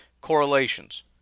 correlations